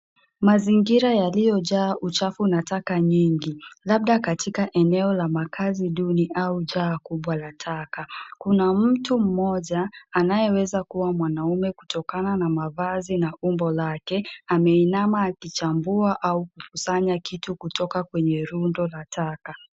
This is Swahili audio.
Mazingira yaliyojaa uchafu na taka nyingi, labda katika eneo la makazi duni au jaa kubwa la taka. Kuna mtu mmoja anayeweza kuwa mwanaume kutokana na mavazi na umbo lake, ameinama akichambua au kusanya kitu kutoka kwenye rundo la taka.